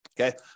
Okay